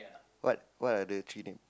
what what are the three name